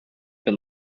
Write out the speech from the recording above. been